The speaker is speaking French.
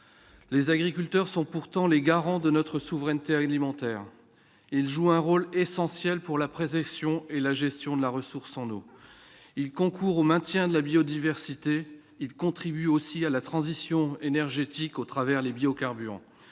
les agriculteurs sont pourtant les garants de notre souveraineté alimentaire, il joue un rôle essentiel pour la préservation et la gestion de la ressource en eau, il concourt au maintien de la biodiversité, il contribue aussi à la transition énergétique au travers les biocarburants,